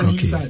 Okay